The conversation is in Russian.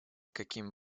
каким